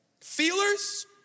Feelers